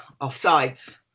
offsides